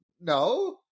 no